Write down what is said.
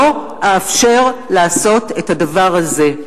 לא אאפשר לעשות את הדבר הזה.